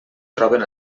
troben